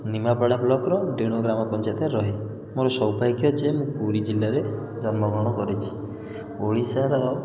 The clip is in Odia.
ନିମାପଡ଼ା ବ୍ଲକ୍ର ଡେଣୁ ଗ୍ରାମ ପଞ୍ଚାୟତରେ ରୁହେ ମୋର ସୌଭାଗ୍ୟ ଯେ ମୁଁ ପୁରୀ ଜିଲ୍ଲାରେ ଜନ୍ମଗ୍ରହଣ କରିଛି ଓଡ଼ିଶାର